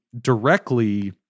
directly